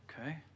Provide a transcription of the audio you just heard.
Okay